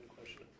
question